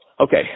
Okay